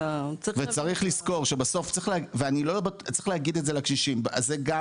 וצריך לזכור שבסוף וצריך להגיד את זה לקשישים זה גם